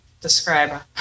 describe